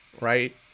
right